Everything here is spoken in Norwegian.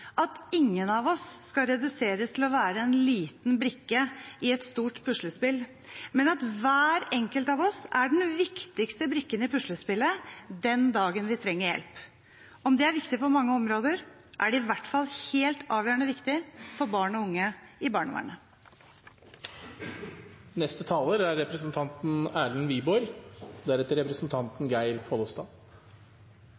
at ingen av oss skal reduseres til å være en liten brikke i et stort puslespill, men at hver enkelt av oss er den viktigste brikken i puslespillet den dagen vi trenger hjelp. Om det er viktig på mange områder, er det i hvert fall helt avgjørende viktig for barn og unge i barnevernet.